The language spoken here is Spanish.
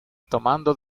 tomando